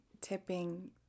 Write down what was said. tipping